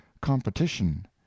competition